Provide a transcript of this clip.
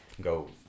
go